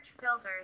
filters